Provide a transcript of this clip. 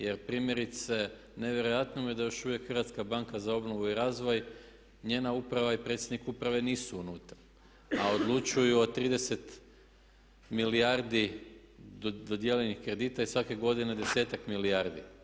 Jer primjerice nevjerojatno mi je da još uvijek Hrvatska banka za obnovu i razvoj, njena uprava i predsjednik uprave nisu unutra, a odlučuju o 30 milijardi dodijeljenih kredita i svake godine desetak milijardi.